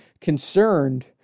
concerned